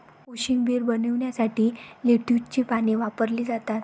कोशिंबीर बनवण्यासाठी लेट्युसची पाने वापरली जातात